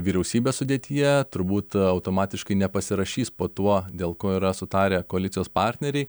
vyriausybės sudėtyje turbūt automatiškai nepasirašys po tuo dėl ko yra sutarę koalicijos partneriai